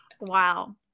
Wow